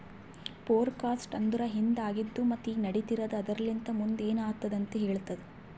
forecast ಅಂದುರ್ ಹಿಂದೆ ಆಗಿದ್ ಮತ್ತ ಈಗ ನಡಿತಿರದ್ ಆದರಲಿಂತ್ ಮುಂದ್ ಏನ್ ಆತ್ತುದ ಅಂತ್ ಹೇಳ್ತದ